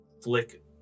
flick